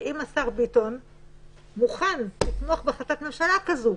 האם השר ביטון מוכן לתמוך בהחלטת ממשלה כזאת?